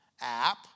app